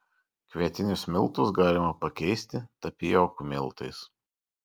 kvietinius miltus galima pakeisti tapijokų miltais